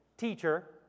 teacher